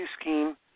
scheme